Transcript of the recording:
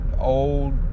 old